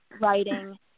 writing